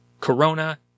Corona